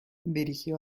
dirigió